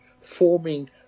forming